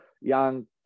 Young